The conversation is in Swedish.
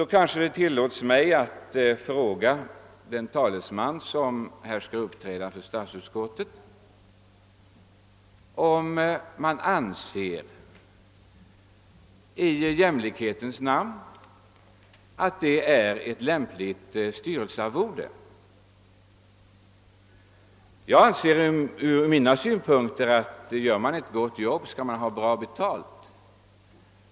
Då kanske det tillåtes mig att fråga den talesman för statsutskottet som skall uppträda senare i debatten, om han — i jämlikhetens namn — anser att det är ett lämpligt styrelsearvode. Jag anser med mina utgångspunkter att de som gör ett gott jobb skall ha bra betalt.